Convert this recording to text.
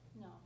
No